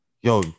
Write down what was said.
Yo